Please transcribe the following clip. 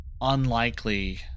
unlikely